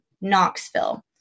Knoxville